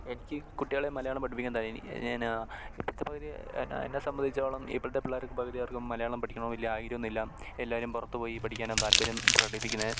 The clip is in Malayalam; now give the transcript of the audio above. എനിക്ക് കുട്ടികളെ മലയാളം പഠിപ്പിക്കുന്നതായി ഞാൻ ഇപ്പോഴത്തെ പിള്ളേർ എന്ന എന്നെ സംബന്ധിച്ചിടത്തോളം ഇപ്പോഴത്തെ പിള്ളേർക്ക് പകുതി പേർക്കും മലയാളം പഠിക്കണമെന്ന് വലിയ ആഗ്രഹമൊന്നുമില്ലാ എല്ലാവരും പുറത്ത് പോയി പഠിക്കാനും താല്പര്യം പ്രകടിപ്പിക്കുന്നത്